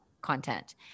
content